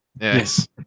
Yes